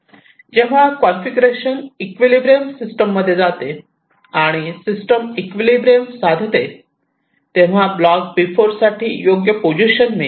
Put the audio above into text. जेव्हा configuration equilibrium system मध्ये जाते आणि सिस्टम इक्विलिब्रियम साधते तेव्हा ब्लॉक B4 साठी योग्य पोझिशन मिळते